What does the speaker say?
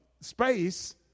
space